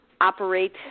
operate